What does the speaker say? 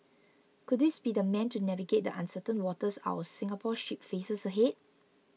could this be the man to navigate the uncertain waters our Singapore ship faces ahead